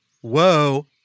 Whoa